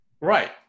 Right